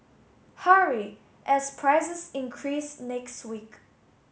hurry as prices increase next week